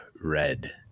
red